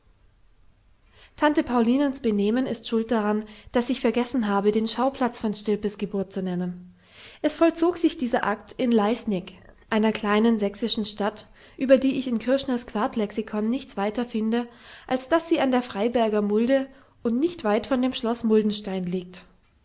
tante paulinens benehmen ist schuld daran daß ich vergessen habe den schauplatz von stilpes geburt zu nennen es vollzog sich dieser akt in leißnig einer kleinen sächsischen stadt über die ich in kürschners quartlexikon nichts weiter finde als daß sie an der freiberger mulde und nicht weit von dem schloß muldenstein liegt